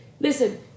Listen